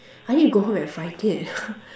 I need to go home and find it